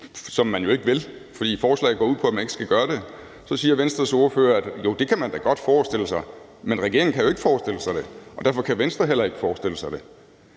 man jo ikke vil, for forslaget går ud på, at man ikke skal gøre det, at jo, det kan man da godt forestille sig, men regeringen kan jo ikke forestille sig det, og derfor kan Venstre heller ikke forestille sig det.